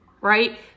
right